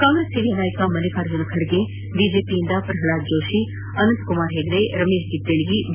ಕಾಂಗ್ರೆಸ್ ಹಿರಿಯ ನಾಯಕ ಮಲ್ಲಿಕಾರ್ಜುನ ಖರ್ಗೆ ಬಿಜೆಪಿಯಿಂದ ಶ್ರಹ್ಲಾದ್ ಜೋಷಿ ಅನಂತಕುಮಾರ್ ಹೆಗಡೆ ರಮೇಶ್ ಜಿಗಜಿಣಗಿ ಬಿ